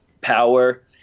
power